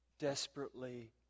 desperately